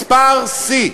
מספר שיא.